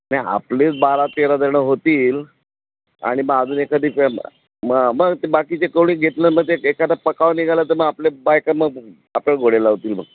नाही आपलीच बारा तेरा जणं होतील आणि मग अजून एखादी फे मग मग ते बाकीचे कोणी घेतलं मग ते एखादा पकाव निघाला तर मग आपल्या बायका मग आपल्याला घोडे लावतील मग